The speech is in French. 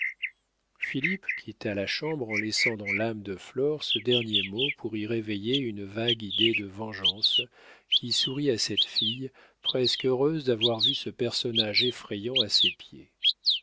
philippe quitta la chambre en laissant dans l'âme de flore ce dernier mot pour y réveiller une vague idée de vengeance qui sourit à cette fille presque heureuse d'avoir vu ce personnage effrayant à ses pieds